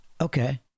Okay